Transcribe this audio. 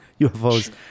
UFOs